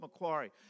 Macquarie